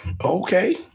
okay